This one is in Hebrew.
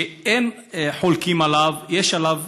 שאין חולקים עליו, יש עליו